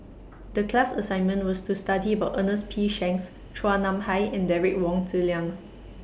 The class assignment was to study about Ernest P Shanks Chua Nam Hai and Derek Wong Zi Liang